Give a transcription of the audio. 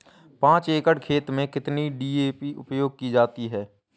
पाँच एकड़ खेत में कितनी डी.ए.पी उपयोग की जाती है?